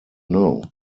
know